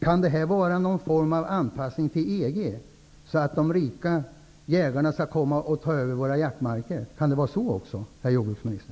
Kan det vara fråga om någon form av anpassning till EG, så att de rika jägarna kan komma och ta över våra jaktmarker? Kan det vara så, herr jordbruksminister?